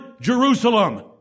Jerusalem